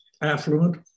affluent